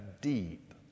deep